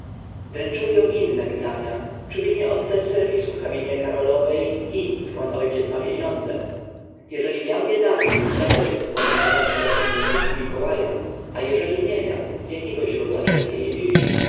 ją inne pytania czyby nie oddać serwisu hrabinie karolowej i zkąd ojciec ma pieniądze jeżeli miał je dawniej dlaczego pozwolił na zaciąganie długów u mikołaja a jeżeli nie miał z jakiego źródła czerpie je dziś